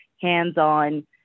hands-on